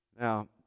Now